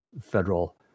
federal